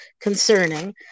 concerning